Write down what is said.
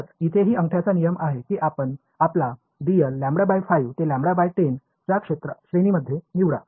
तर इथेही अंगठ्याचा नियम आहे की आपण आपला dl λ 5 ते λ 10 च्या श्रेणीमध्ये निवडा